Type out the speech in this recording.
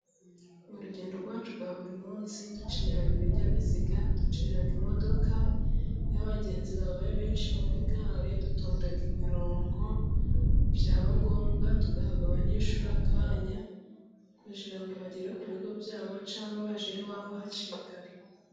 Mu rugendo rwacu rwa buri munsi dukenera ibinyabiziga, dukenera imodoka. Iyo abagenzi babaye benshi muri gare, dutonda imirongo byaba ngombwa tugahaga abanyeshuri akanya, kugirango bagere ku bigo byabo cyangwa bagere iwabo hakiri kare.